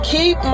Keep